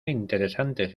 interesantes